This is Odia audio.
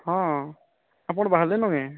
ହଁ ଆପଣ ବାହାରଲେନ କେଁ